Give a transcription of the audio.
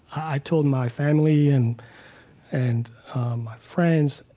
i told my family, and and my friends.